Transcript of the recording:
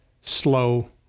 slow